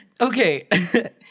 Okay